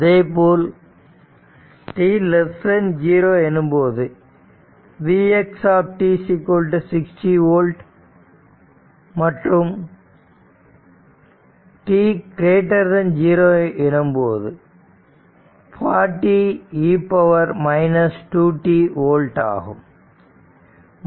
அதேபோல் t 0 எனும்போது v x t 60 volt மற்றும் t 0 எனும்போது 40e 2t ஓல்ட் ஆகும்